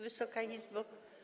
Wysoka Izbo!